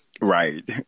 right